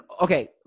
okay